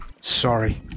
Sorry